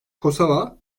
kosova